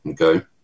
Okay